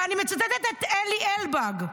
ואני מצטטת את אלי אלבג.